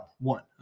one